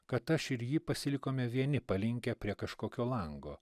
kad aš ir jį pasilikome vieni palinkę prie kažkokio lango